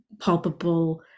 palpable